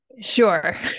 sure